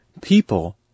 People